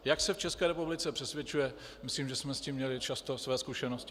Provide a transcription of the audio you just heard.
Jak se v České republice přesvědčuje, myslím, že jsme s tím měli často své zkušenosti.